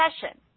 session